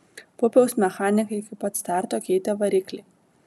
pupiaus mechanikai iki pat starto keitė variklį